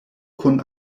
kun